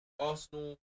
Arsenal